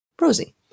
Rosie